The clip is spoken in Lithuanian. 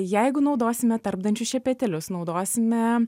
jeigu naudosime tarpdančių šepetėlius naudosime